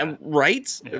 Right